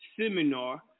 seminar